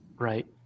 Right